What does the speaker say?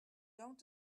don’t